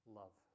love